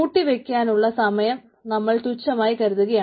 കൂട്ടി വയ്ക്കാനുള്ള സമയം നമ്മൾ തുച്ഛമായി കരുതുകയാണ്